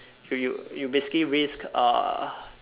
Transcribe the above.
you you you basically risk uh